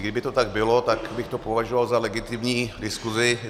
Kdyby to tak bylo, tak bych to považoval za legitimní diskuzi.